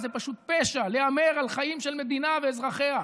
זה פשוט פשע להמר על חיים של מדינה ואזרחיה.